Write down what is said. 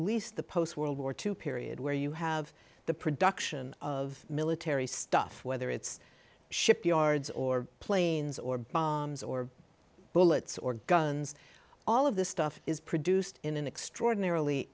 least the post world war two period where you have the production of military stuff whether it's shipyards or planes or bombs or bullets or guns all of this stuff is produced in an extraordinarily